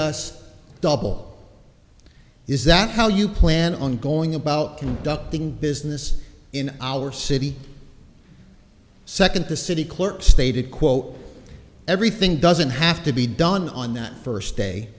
us double is that how you plan on going about conducting business in our city second the city clerk stated quote everything doesn't have to be done on that first day